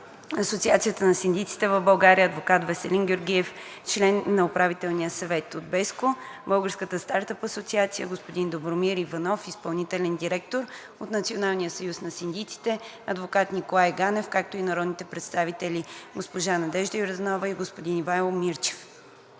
Асоциация на синдиците в България – адвокат Веселин Георгиев, член на УС; от BESCO – Българската стартъп асоциация господин Добромир Иванов – изпълнителен директор; от Национален съюз на синдиците – адвокат Николай Ганев, както и народните представители госпожа Надежда Йорданова и господин Ивайло Мирчев.